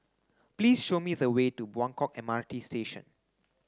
please show me the way to Buangkok M R T Station